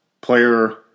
player